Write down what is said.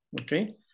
okay